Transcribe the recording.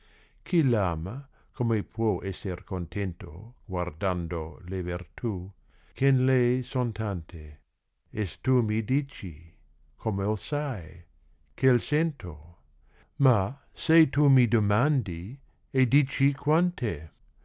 chi rama come può esser contento guardando le vertù che n lei son tante e s tu mi dici come sai che u sento ma se tu mi domandi e dici quante